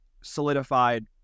solidified